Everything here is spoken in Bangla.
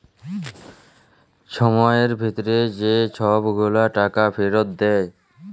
ছময়ের ভিতরে যে ছব গুলা টাকা ফিরত দেয়